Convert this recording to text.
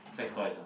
sex toys ah